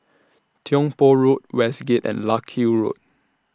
Tiong Poh Road Westgate and Larkhill Road